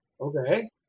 Okay